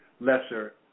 lesser